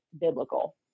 biblical